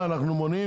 מה, אנחנו מונעים?